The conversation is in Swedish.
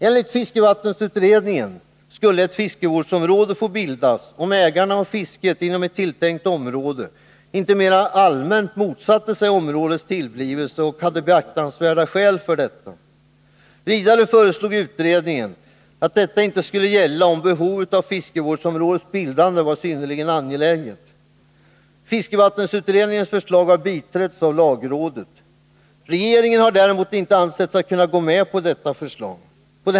Enligt fiskevattensutredningen skulle ett fiskevårdsområde få bildas, om ägarna av fisket inom ett tilltänkt område inte mera allmänt motsatte sig områdets tillblivelse och de hade beaktansvärda skäl för detta. Vidare föreslog utredningen att detta inte skulle gälla om behovet av fiskevårdsområdets bildande vore synnerligen angeläget. Fiskevattensutredningens förslag har biträtts av lagrådet. Regeringen har däremot icke ansett sig kunna gå med på detta förslag.